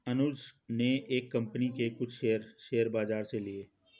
अनुज ने एक कंपनी के कुछ शेयर, शेयर बाजार से लिए